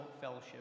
fellowship